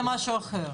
אבל זה משהו אחר.